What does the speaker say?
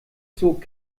zog